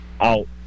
out